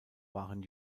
waren